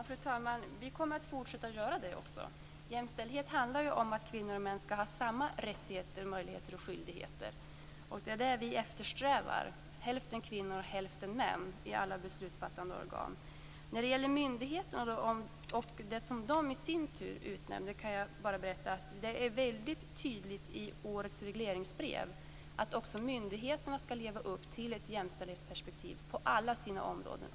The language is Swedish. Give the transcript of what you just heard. Fru talman! Vi kommer att fortsätta att göra det. Jämställdhet handlar ju om att kvinnor och män skall ha samma rättigheter, möjligheter och skyldigheter. Det är det vi eftersträvar. Det skall vara hälften kvinnor och hälften män i alla beslutsfattande organ. När det gäller myndigheterna och de personer som de i sin tur utnämner kan jag berätta följande. I årets regleringsbrev är det väldigt tydligt att också myndigheterna skall leva upp till ett jämställdhetsperspektiv på alla sina områden.